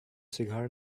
cigar